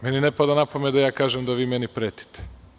Meni ne pada na pamet da ja kažem da vi meni pretite.